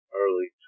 early